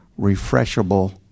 refreshable